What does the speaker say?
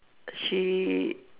she